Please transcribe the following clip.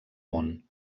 món